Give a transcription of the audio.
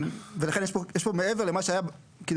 ולכן יש פה מעבר למה שהיה במקור.